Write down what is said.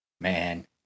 Man